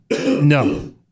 No